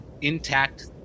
intact